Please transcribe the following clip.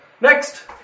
Next